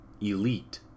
Elite